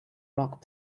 rock